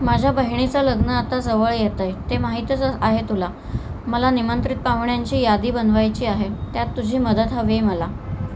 माझ्या बहिणीचं लग्न आता जवळ येतं आहे ते माहीतच आहे तुला मला निमंत्रित पाहुण्यांची यादी बनवायची आहे त्यात तुझी मदत हवी आहे मला